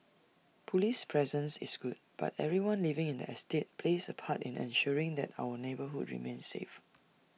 Police presence is good but everyone living in the estate plays A part in ensuring that our neighbourhoods remain safe